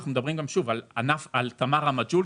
אנחנו מדברים על תמר המג'הול,